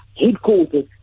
headquarters